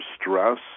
stress